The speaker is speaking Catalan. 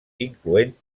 incloent